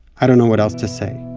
i don't know what else to say.